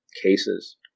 cases